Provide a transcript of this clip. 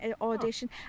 audition